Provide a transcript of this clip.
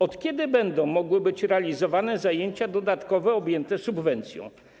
Od kiedy będą mogły być realizowane zajęcia dodatkowe objęte subwencją?